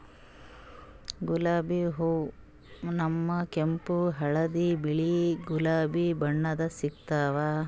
ಗುಲಾಬಿ ಹೂವಾ ನಮ್ಗ್ ಕೆಂಪ್ ಹಳ್ದಿ ಬಿಳಿ ಗುಲಾಬಿ ಬಣ್ಣದಾಗ್ ಸಿಗ್ತಾವ್